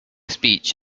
speech